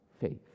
faith